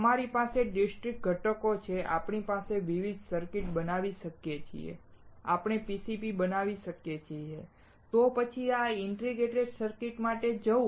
અમારી પાસે ડિસ્ક્રીટ ઘટકો છે આપણે વિવિધ સર્કિટ બનાવી શકીએ છીએ આપણે PCB બનાવી શકીએ છીએ ખરું તો પછી શા માટે ઇન્ટિગ્રેટેડ સર્કિટ માટે જવું